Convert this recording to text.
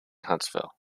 huntsville